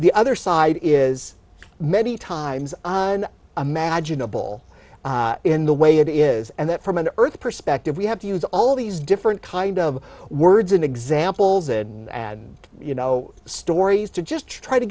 the other side is many times imaginable in the way it is and that from an earth perspective we have to use all these different kind of words and examples and add you know stories to just try to